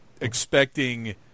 expecting